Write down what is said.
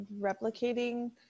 replicating